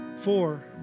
Four